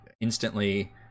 instantly